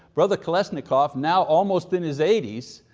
brother kalashnikov, now almost in his eighty s,